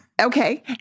Okay